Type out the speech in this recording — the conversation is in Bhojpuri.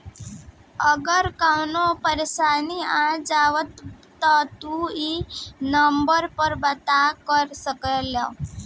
अगर कवनो परेशानी आ जाव त तू ई नम्बर पर बात कर सकेल